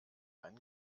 einen